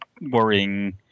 worrying